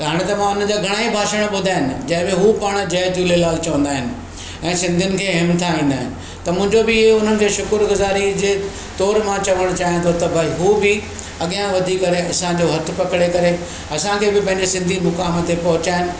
हाणे त मां हुनजा घणाई भाषण ॿुधा आहिनि जंहिं में हू पाणि जय झूलेलाल चवंदा आहिनि ऐं सिंधियुनि खे हिमथाईंदा आहिनि त मुंहिंजो बि इहो उन्हनि खे शुख़्रु गुज़ारीअ जे तौरु मां चवणु चाहियां थो पर भई हू बि अॻियां वधी करे असांजो हथु पकड़े करे असांखे बि पंहिंजे सिंधी मुकाम ते पहुचाइनि